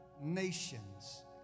nations